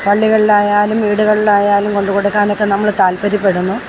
പള്ളികളിൽ ആയാലും വീടുകളിൽ ആയാലും കൊണ്ടുകൊടുക്കാനുമൊക്കെ നമ്മൾ താൽപര്യപ്പെടുന്നു